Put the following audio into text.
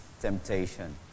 temptation